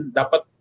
dapat